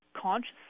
consciously